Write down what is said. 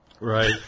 Right